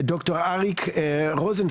ד"ר אריה רוזנפלד,